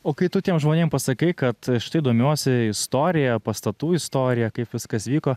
o kai tu tiem žmonėm pasakai kad štai domiuosi istorija pastatų istorija kaip viskas vyko